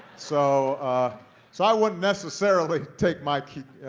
so so i wouldn't necessarily take my